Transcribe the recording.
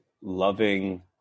Loving